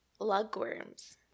Lugworms